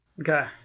Okay